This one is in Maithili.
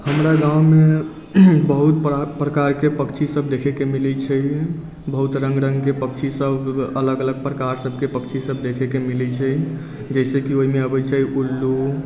हमरा गाँवमे बहुत प्रकारके पक्षी सब देखैके मिलै छै बहुत रङ्ग रङ्गके पक्षी सब अलग अलग प्रकार सबके पक्षी सब देखैके मिलै छै जैसे कि ओहिमे अबै छै उल्लू